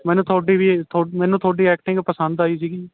ਮੈਨੂੰ ਤੁਹਾਡੀ ਵੀ ਮੈਨੂੰ ਤੁਹਾਡੀ ਐਕਟਿੰਗ ਪਸੰਦ ਆਈ ਸੀਗੀ